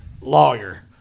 lawyer